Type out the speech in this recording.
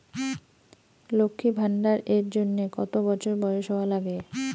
লক্ষী ভান্ডার এর জন্যে কতো বছর বয়স হওয়া লাগে?